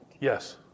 yes